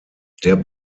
der